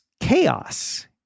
chaos